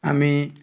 ଆମେ